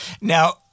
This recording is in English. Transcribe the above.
Now